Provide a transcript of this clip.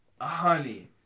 honey